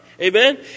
Amen